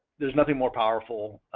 there's nothing more powerful,